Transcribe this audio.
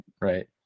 Right